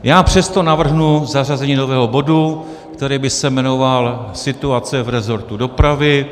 Já přesto navrhnu zařazení nového bodu, který by se jmenoval Situace v resortu dopravy.